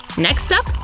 next up?